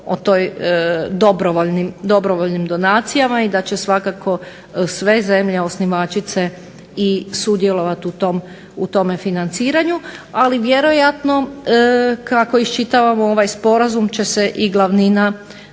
o tim dobrovoljnim donacijama i da će svakako sve zemlje osnivačice i sudjelovat u tome financiranju. Ali vjerojatno, kako iščitavamo ovaj sporazum, će se i glavnina